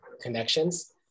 connections